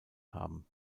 haben